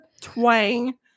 twang